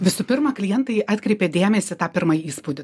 visų pirma klientai atkreipia dėmesį tą pirmąjį įspūdį